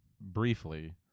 briefly